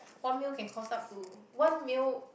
one meal can cost up to one meal